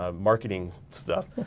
ah marketing stuff.